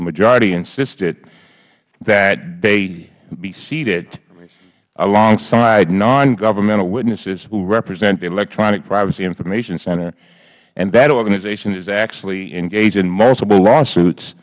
majority insisted that they be seated alongside non governmental witnesses who represent the electronic privacy information center and that organization is actually engaged in multiple lawsuits